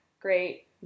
great